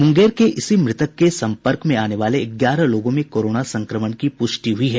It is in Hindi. मुंगेर के इसी मृतक के सम्पर्क में आने वाले ग्यारह लोगों में कोरोना संक्रमण की पुष्टि हुई है